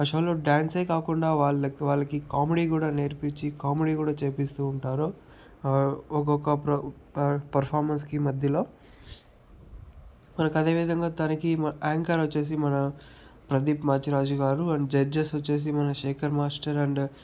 ఆ షోలో డాన్సే కాకుండా వాళ్ల వాళ్ళకి కామెడీ కూడా నేర్పించి కామెడీ కూడా చేపిస్తూ ఉంటారు ఒక్కొక్క పర్ఫామెన్స్కి మధ్యలో మనకు అదే విధంగా దానికి యాంకర్ వచ్చేసి మన ప్రదీప్ మాచిరాజు గారు అండ్ జడ్జెస్ వచ్చేసి మన శేఖర్ మాస్టర్ అండ్